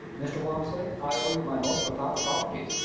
mr. walmsley, i owe you my most profound apologies.